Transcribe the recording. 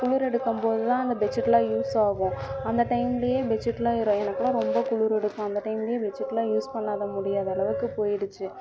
குளிர் எடுக்கும் போது தான் அந்த பெட்ஷீட்லாம் யூஸ் ஆகும் அந்த டைம்லையே பெட்ஷீட்லாம் எனக்குலாம் ரொம்ப குளிர் எடுக்கும் அந்த டைம்லையே பெட்ஷீட்லாம் யூஸ் பண்ணாத முடியாத அளவுக்கு போய்டுச்சி